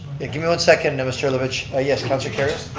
and give me one second, mr. herlovich. ah yes, councillor kerrio.